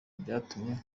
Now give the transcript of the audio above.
byatumye